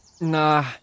Nah